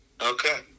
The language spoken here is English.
okay